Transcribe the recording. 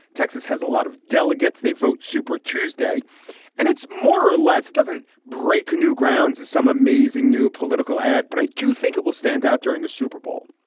texas has a lot of delegates. they vote super tuesday and it's more or less it doesn't break new ground as some amazing new political ad. but i do think it will stand out during the super bowl.